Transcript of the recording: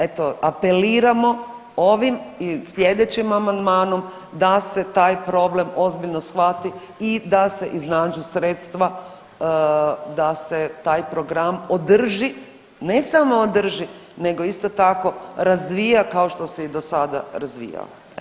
Eto apeliramo ovim i sljedećim amandmanom da se taj problem ozbiljno shvati i da se iznađu sredstva da se taj program održi ne samo održi, nego isto tako razvija kao što se i do sada razvijao.